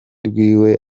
rwiwe